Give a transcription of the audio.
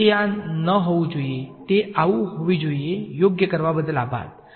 તેથી તે આ ન હોવું જોઈએ તે આવુ હોવી જોઈએ યોગ્ય કરવા બદલ આભાર